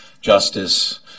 justice